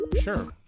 Sure